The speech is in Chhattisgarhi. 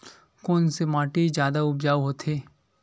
कोन से माटी जादा उपजाऊ होथे?